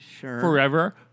forever